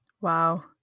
Wow